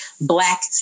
Black